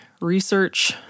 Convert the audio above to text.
research